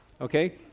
Okay